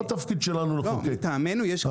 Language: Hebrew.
מטעמנו יש כבר תיקון חקיקה.